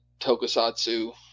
tokusatsu